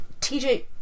TJ